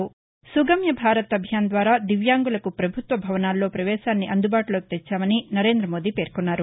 సుగమ్య భారత్ అభియాన్ ద్వారా దివ్యాంగులకు పభుత్వ భవనాల్లో పవేశాన్ని అందుబాటులోకి తెచ్చామని నరేందమోదీ పేర్కొన్నారు